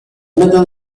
middle